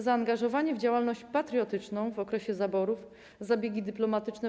Zaangażowanie w działalność patriotyczną w okresie zaborów, zabiegi dyplomatyczne w